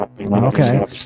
Okay